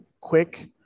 quick